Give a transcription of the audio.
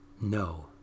No